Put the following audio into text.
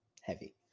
heavy